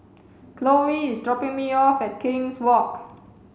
Cloe is dropping me off at King's Walk